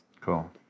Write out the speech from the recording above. Cool